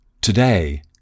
Today